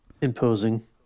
imposing